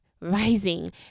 rising